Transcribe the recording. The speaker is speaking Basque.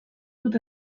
dut